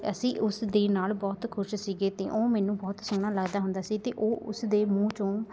ਅਸੀਂ ਉਸ ਦੇ ਨਾਲ ਬਹੁਤ ਖੁਸ਼ ਸੀਗੇ ਅਤੇ ਉਹ ਮੈਨੂੰ ਬਹੁਤ ਸੋਹਣਾ ਲੱਗਦਾ ਹੁੰਦਾ ਸੀ ਅਤੇ ਉਹ ਉਸ ਦੇ ਮੂੰਹ 'ਚੋਂ